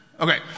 Okay